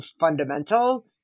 fundamental